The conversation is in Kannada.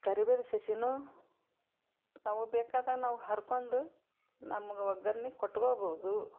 ಕರ್ಬೇವು ಸಸಿನೂ ನಮ್ಗೆ ಬೇಕಾದಾಗ ನಾವು ಹರ್ಕೊಂಡು ನಮ್ಗೆ ಒಗ್ಗರ್ಣಿ ಕೊಟ್ಕೊಬೋದು